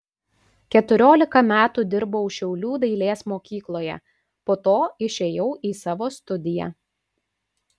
keturiolika metų dirbau šiaulių dailės mokykloje po to išėjau į savo studiją